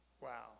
Wow